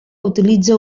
utilitza